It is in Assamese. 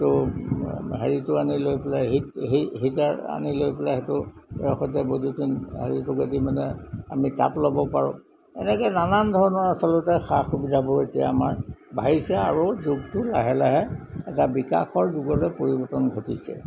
সেইটো হেৰিটো আনি লৈ পেলাই হিট হিটাৰ আনি লৈ পেলাই সেইটো সৈতে বৈদ্যুতিক হেৰিটো কাটি মানে আমি টাপ ল'ব পাৰোঁ এনেকৈ নানান ধৰণৰ আচলতে সা সুবিধাবোৰ এতিয়া আমাৰ বাঢ়িছে আৰু যুগটো লাহে লাহে এটা বিকাশৰ যুগলৈ পৰিৱৰ্তন ঘটিছে